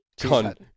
Con